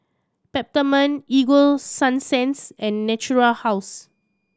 Peptamen Ego Sunsense and Natura House